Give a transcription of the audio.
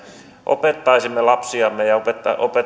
opettaisimme lapsiamme ja